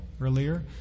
earlier